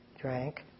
drank